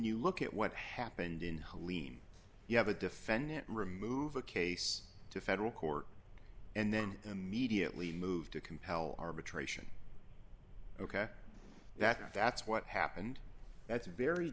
you look at what happened in helene you have a defendant remove a case to federal court and then immediately move to compel arbitration ok that that's what happened that's very